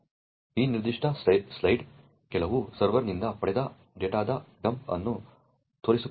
ಈ ನಿರ್ದಿಷ್ಟ ಸ್ಲೈಡ್ ಕೆಲವು ಸರ್ವರ್ನಿಂದ ಪಡೆದ ಡೇಟಾದ ಡಂಪ್ ಅನ್ನು ತೋರಿಸುತ್ತದೆ